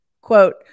quote